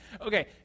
Okay